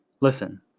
Listen